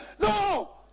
No